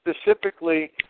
specifically